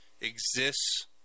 exists